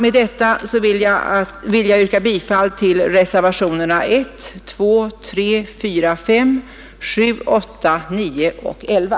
Med detta yrkar jag bifall till reservationerna 1, 2, 3,4, 5,7,8,9, och 11.